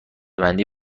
بندی